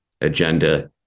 agenda